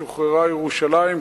שוחררה ירושלים,